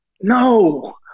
No